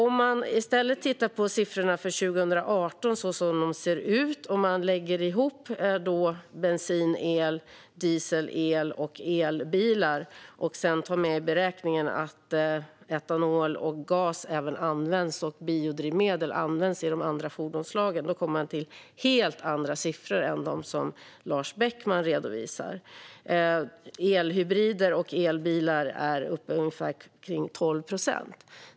Man kan i stället titta på siffrorna för 2018 och lägga ihop bensin, el och dieselbilar och ta med i beräkningen att även etanol, gas och biodrivmedel används i de andra fordonsslagen. Då kommer man fram till helt andra siffror än dem som Lars Beckman redovisar. Elhybrider och elbilar är uppe kring ungefär 12 procent.